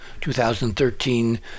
2013